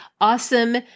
awesome